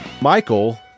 Michael